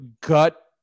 Gut